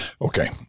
Okay